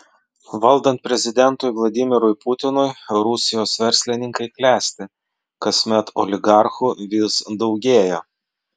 valdant prezidentui vladimirui putinui rusijos verslininkai klesti kasmet oligarchų vis daugėja